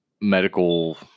medical